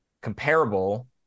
comparable